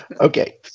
okay